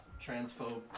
Transphobe